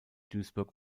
duisburg